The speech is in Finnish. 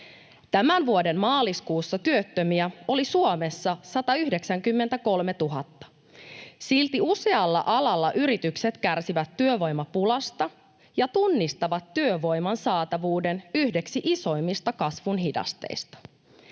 Tämän vuoden maaliskuussa työttömiä oli Suomessa 193 000. Silti usealla alalla yritykset kärsivät työvoimapulasta ja tunnistavat työvoiman saatavuuden yhdeksi isoimmista kasvun hidasteista.